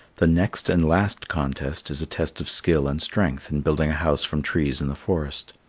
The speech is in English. the next and last contest is a test of skill and strength in building a house from trees in the forest.